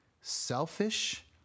selfish